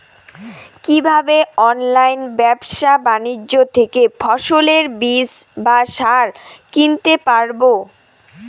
কীভাবে অনলাইন ব্যাবসা বাণিজ্য থেকে ফসলের বীজ বা সার কিনতে পারবো?